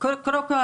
קודם כל,